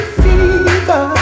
fever